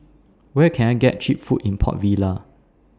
Where Can I get Cheap Food in Port Vila